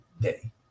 day